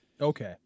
Okay